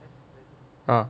ah